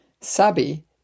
Sabi